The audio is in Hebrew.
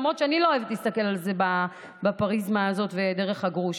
למרות שאני לא אוהבת להסתכל על זה בפריזמה הזאת ודרך הגרוש,